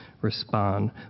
respond